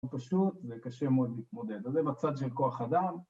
פשוט זה קשה מאוד להתמודד, אז זה בצד של כוח אדם